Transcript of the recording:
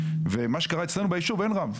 ומה שקרה אצלנו ביישוב אין רב,